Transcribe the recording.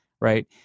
right